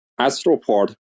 AstroPort